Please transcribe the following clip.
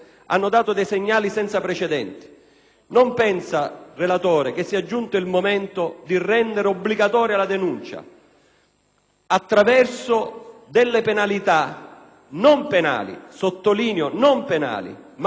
Non pensa, relatore, che sia giunto il momento di rendere obbligatoria la denuncia attraverso delle penalità, non penali - lo sottolineo - ma amministrative, ed incentivi